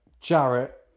Jarrett